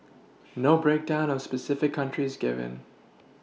no breakdown of specific countries given